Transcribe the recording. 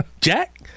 Jack